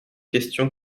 questions